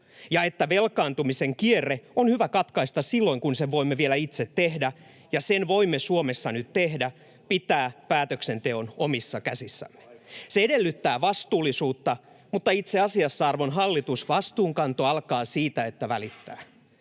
ja että velkaantumisen kierre on hyvä katkaista silloin, kun sen voimme vielä itse tehdä, ja sen voimme Suomessa nyt tehdä — pitää päätöksenteon omissa käsissämme. Se edellyttää vastuullisuutta, mutta itse asiassa, arvon hallitus, vastuunkanto alkaa siitä, että välittää.